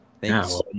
Thanks